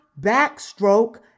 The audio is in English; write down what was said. backstroke